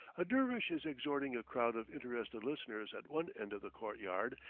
a dervish is exhorting a crowd of interested listeners at one end of the court-yard,